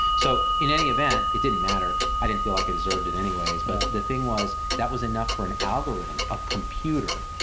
so in any event, it didn't matter, i didn't feel like i deserved it anyways, but the thing was that was enough for an algorithm, a computer